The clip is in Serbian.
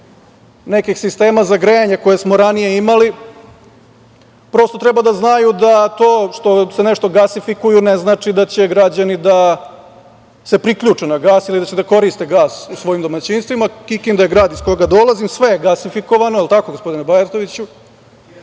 nekih sistema za grejanje koje smo ranije imali, prosto treba da znaju da to što se nešto gasifikuje ne znači da će građani da se priključe na gas ili da će da koriste gas u svojim domaćinstvima. Kikinda, grad iz kojeg dolazim, sve je gasifikovano, jel tako, gospodine Bajatoviću,